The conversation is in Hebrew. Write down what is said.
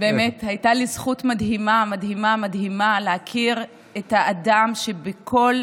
באמת הייתה לי זכות מדהימה מדהימה מדהימה להכיר את האדם שבכל